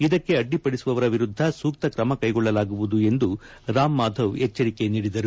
ಇದಕ್ಕೆ ಅಡ್ಡಿ ಪಡಿಸುವವರ ವಿರುದ್ಧ ಸೂಕ್ತ ಕ್ರಮಕೈಗೊಳ್ಳಲಾಗುವುದು ಎಂದು ಎಚ್ಚರಿಕೆ ನೀಡಿದರು